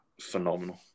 Phenomenal